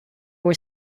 were